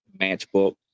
matchbook